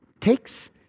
takes